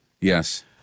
Yes